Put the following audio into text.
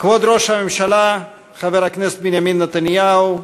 כבוד ראש הממשלה חבר הכנסת בנימין נתניהו,